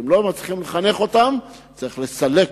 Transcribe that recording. אם לא מצליחים לחנך אותם, צריך לסלק אותם.